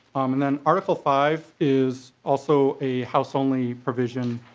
um and then article five is also a house only provision.